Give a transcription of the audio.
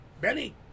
Benny